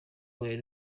were